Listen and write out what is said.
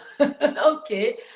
Okay